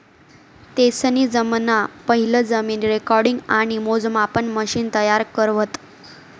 तेसनी जगमा पहिलं जमीन रेकॉर्डिंग आणि मोजमापन मशिन तयार करं व्हतं